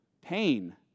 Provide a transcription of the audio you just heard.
pain